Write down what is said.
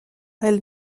elle